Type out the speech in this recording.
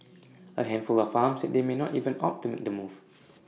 A handful of farms said they may not even opt to make the move